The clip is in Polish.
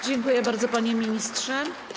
Dziękuję bardzo, panie ministrze.